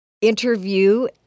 interview